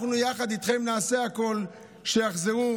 אנחנו יחד איתכם נעשה הכול כדי שיחזרו